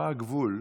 משמר גבול,